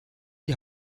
die